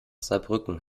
saarbrücken